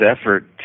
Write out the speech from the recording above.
effort